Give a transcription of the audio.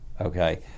okay